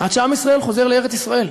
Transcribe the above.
עד שעם ישראל חוזר לארץ-ישראל.